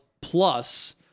Plus